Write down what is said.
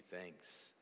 thanks